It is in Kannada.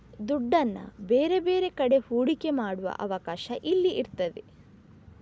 ದುಡ್ಡನ್ನ ಬೇರೆ ಬೇರೆ ಕಡೆ ಹೂಡಿಕೆ ಮಾಡುವ ಅವಕಾಶ ಇಲ್ಲಿ ಇರ್ತದೆ